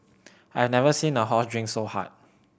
I never seen a horse drink so hard